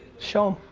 show him,